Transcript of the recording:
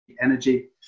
energy